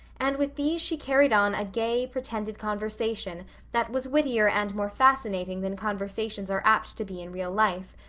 and with these she carried on a gay, pretended conversation that was wittier and more fascinating than conversations are apt to be in real life,